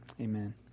Amen